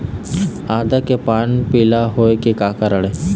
आदा के पान पिला होय के का कारण ये?